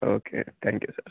okay thank you sir